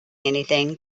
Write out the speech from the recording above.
anything